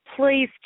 Please